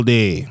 day